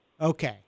Okay